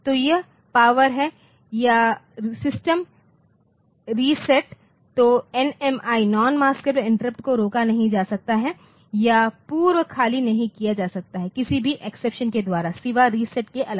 तो यह पावर है या सिस्टम रीसेट तो एनएमआई नॉन मस्क़ब्ले इंटरप्ट को रोका नहीं जा सकता है या पूर्व खाली नहीं किया जा सकता है किसी भी एक्सेप्शन के द्वारा सिवा रिसेटके के अलावा